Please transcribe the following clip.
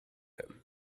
him